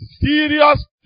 serious